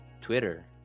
Twitter